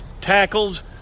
tackles